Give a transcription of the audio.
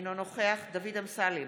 אינו נוכח דוד אמסלם,